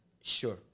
sure